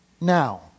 now